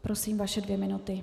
Prosím, vaše dvě minuty.